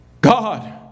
God